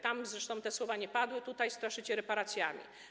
Tam zresztą te słowa nie padły, tutaj straszycie reparacjami.